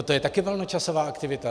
To je také volnočasová aktivita.